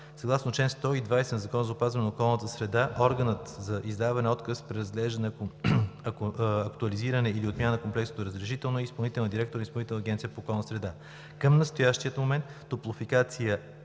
Съгласно чл. 120 на Закона за опазване на околната среда органът за издаване, отказ, преразглеждане, актуализиране или отмяна на Комплексното разрешително е изпълнителният директор на Изпълнителната агенция по околна среда. Към настоящия момент „Топлофикация